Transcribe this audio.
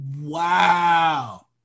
wow